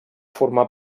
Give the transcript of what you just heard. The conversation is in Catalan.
formar